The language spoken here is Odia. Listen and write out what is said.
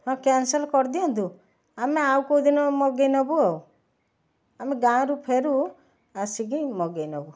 ହଁ କ୍ୟାନସଲ କରି ଦିଅନ୍ତୁ ଆମେ ଆଉ କେଉଁ ଦିନ ମଗାଇ ନବୁ ଆଉ ଆମେ ଗାଁ ରୁ ଫେରୁ ଆସିକି ମଗାଇ ନବୁ